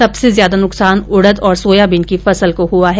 सबसे ज्यादा नुकसान उड़द और सोयाबीन की फसल का हुआ है